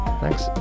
thanks